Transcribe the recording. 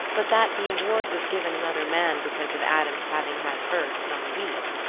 but that the award was given another man because of adam's having had first on wheat.